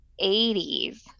80s